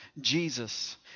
Jesus